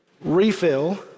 refill